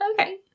okay